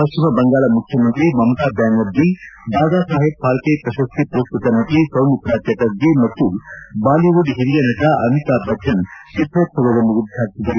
ಪಶ್ಚಿಮ ಬಂಗಾಳ ಮುಖ್ಯಮಂತ್ರಿ ಮಮತಾ ಬ್ಯಾನರ್ಜಿ ದಾದಾ ಸಾಹೇಬ್ ಫಾಲ್ಕೆ ಪ್ರಶಸ್ತಿ ಮರಸ್ಟತ ನಟಿ ಸೌಮಿತ್ರ ಚಟರ್ಜಿ ಮತ್ತು ಬಾಲಿವುಡ್ ಹಿರಿಯ ನಟ ಅಮಿತಾಬ್ ಬಚ್ಚನ್ ಅವರು ಚಿತ್ರೋತ್ಲವವನ್ನು ಉದ್ಘಾಟಿಸಿದರು